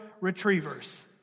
retrievers